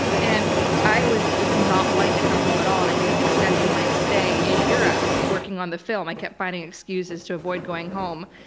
and i was just not wanting to come home at all, and i kept extending my stay in europe working on the film. i kept finding excuses to avoid going home.